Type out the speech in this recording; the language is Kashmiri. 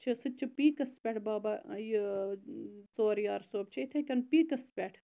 چھ سُہ چھ پیٖکَس پیٚٹھ بابا یہِ ژور یار صٲب چھ یِتھے کنۍ پیٖکَس پیٚٹھ